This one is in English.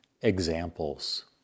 examples